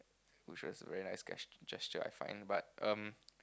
which is very nice ges~ gesture I find but um